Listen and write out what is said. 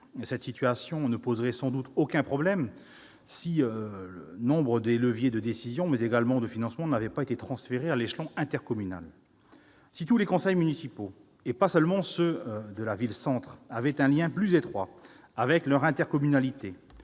Cette situation ne poserait sans doute aucun problème si nombre des leviers de décision, mais également de financement n'avaient pas été transférés à l'échelon intercommunal. Si tous les conseils municipaux, et pas seulement ceux de la ville-centre, avaient un lien plus étroit avec leur intercommunalité,